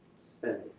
spending